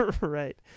Right